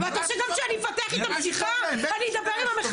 אני לא מצליחה להבין.